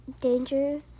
Danger